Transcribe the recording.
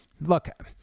look